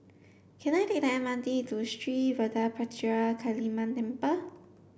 can I take the M R T to Street Vadapathira Kaliamman Temple